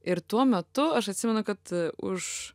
ir tuo metu aš atsimenu kad už